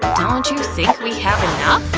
don't you think we have enough?